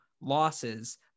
losses